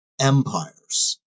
empires